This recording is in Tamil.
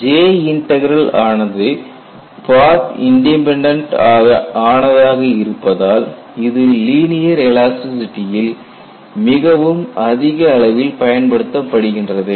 J இன்டக்ரல் ஆனது பாத் இண்டிபெண்டன்ட் ஆனதாக இருப்பதால் இது லீனியர் எலாஸ்டிசிட்டியில் மிகவும் அதிக அளவில் பயன்படுத்தப்படுகின்றது